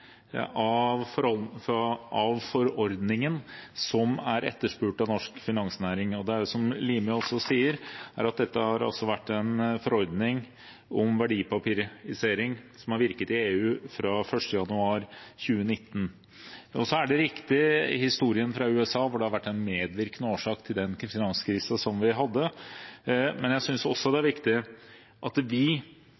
som Limi også sier, en forordning om verdipapirisering som har virket i EU fra 1. januar 2019. Og det er riktig at historien fra USA har vært en medvirkende årsak til den finanskrisen som vi hadde, men jeg synes også det